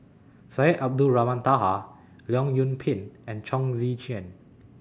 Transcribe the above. Syed Abdulrahman Taha Leong Yoon Pin and Chong Tze Chien